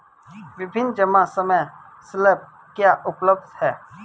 विभिन्न जमा समय स्लैब क्या उपलब्ध हैं?